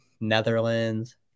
netherlands